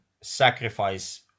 sacrifice